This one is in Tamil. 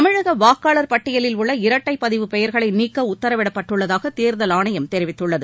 தமிழக வாக்காளர் பட்டியலில் உள்ள இரட்டைப் பதிவு பெயர்களை நீக்க உத்தரவிடப்பட்டுள்ளதாக தேர்தல் ஆணையம் தெரிவித்துள்ளது